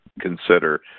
consider